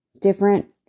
different